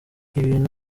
ibintu